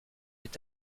est